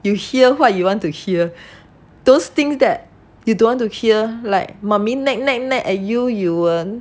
you hear what you want to hear those things that you don't want to hear like mummy nag nag nag at you you will